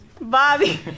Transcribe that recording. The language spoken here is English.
Bobby